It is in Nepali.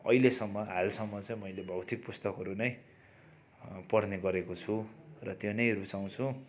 अहिलेसम्म हालसम्म चाहिँ मैले भौतिक पुस्तकहरू नै पढ्ने गरेको छु र त्यो नै रुचाउँछु